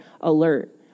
alert